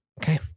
Okay